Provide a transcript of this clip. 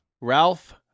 Ralph